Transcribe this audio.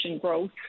growth